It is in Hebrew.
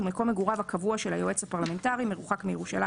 ומקום מגוריו הקבוע של היועץ הפרלמנטרי מרוחק מירושלים